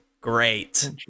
Great